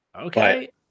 Okay